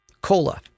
Cola